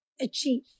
achieve